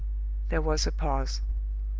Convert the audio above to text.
there was a pause.